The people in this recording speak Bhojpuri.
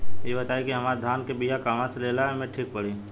इ बताईं की हमरा धान के बिया कहवा से लेला मे ठीक पड़ी?